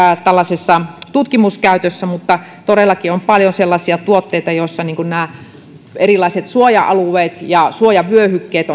tällaisessa tutkimuskäytössä mutta todellakin on paljon sellaisia tuotteita joissa erilaiset suoja alueet ja suojavyöhykkeet